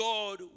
God